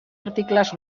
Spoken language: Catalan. articles